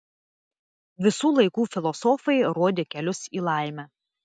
visų laikų filosofai rodė kelius į laimę